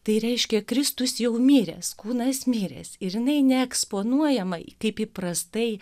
tai reiškia kristus jau miręs kūnas miręs ir jinai neeksponuojama kaip įprastai